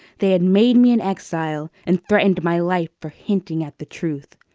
they had made me an exile and threatened my life for hinting at the truth.